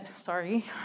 sorry